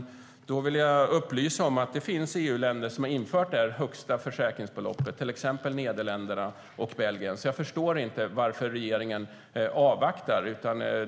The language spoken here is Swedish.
Jag vill upplysa om att det finns EU-länder som har infört det högsta försäkringsbeloppet, till exempel Nederländerna och Belgien. Jag förstår därför inte varför regeringen avvaktar.